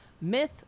Myth